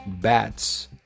bats